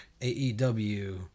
AEW